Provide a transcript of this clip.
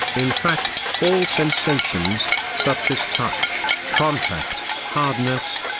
in fact, all sensations, such as touch, contact, hardness,